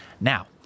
Now